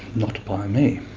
not by me.